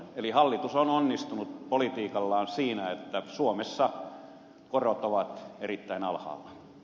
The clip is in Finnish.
eli hallitus on onnistunut politiikallaan siinä että suomessa korot ovat erittäin alhaalla